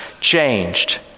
changed